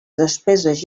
despeses